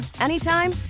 anytime